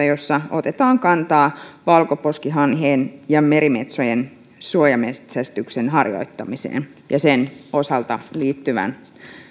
jossa otetaan kantaa valkoposkihanhien ja merimetsojen suojametsästyksen harjoittamiseen ja siihen liittyvän